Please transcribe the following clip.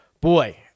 boy